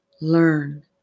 learn